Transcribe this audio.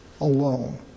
alone